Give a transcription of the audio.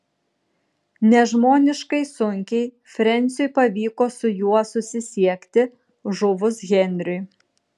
nežmoniškai sunkiai frensiui pavyko su juo susisiekti žuvus henriui